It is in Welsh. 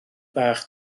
bach